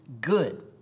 good